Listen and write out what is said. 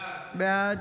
בעד